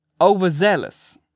overzealous